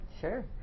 sure